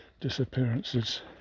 disappearances